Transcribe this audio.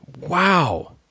Wow